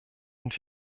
und